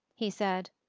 he said.